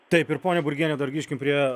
taip ir ponia burgiene dar grįžkim prie